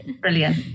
brilliant